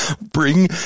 Bring